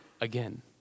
again